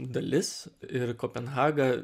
dalis ir kopenhaga